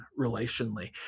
relationally